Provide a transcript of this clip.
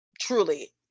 truly